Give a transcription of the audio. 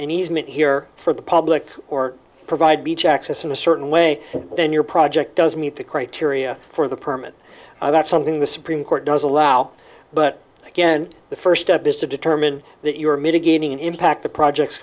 easement here for the public or provide beach access in a certain way then your project does meet the criteria for the permit that's something the supreme court does allow but again the first step is to determine that you're mitigating impact the project